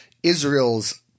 Israel's